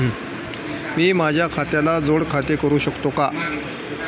मी माझ्या खात्याला जोड खाते करू शकतो का?